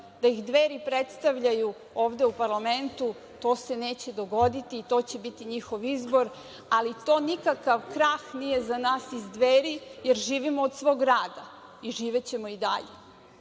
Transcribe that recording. da ih Dveri predstavljaju ovde u parlamentu, to se neće dogoditi i to će biti njihov izbor, ali to nikakav krah nije za nas iz Dveri, jer živimo od svog rada i živećemo i dalje. Kad